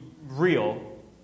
real